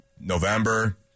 November